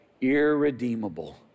irredeemable